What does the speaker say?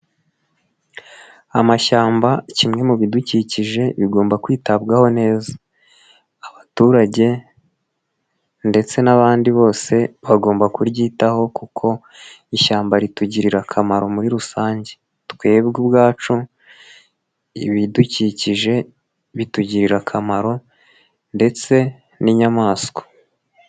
Amashyamba kimwe mu bidukikije bigomba kwitabwaho neza, abaturage ndetse n'abandi bose bagomba kuryitaho kuko ishyamba ritugirira akamaro muri rusange, twebwe ubwacu ibidukikije bitugirira akamaro ndetse n'inyamaswa.